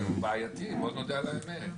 זה בעייתי, בוא נודה על האמת.